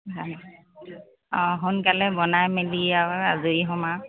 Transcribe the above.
অঁ সোনকালে বনাই মেলি আৰু আজৰি হ'ম আৰু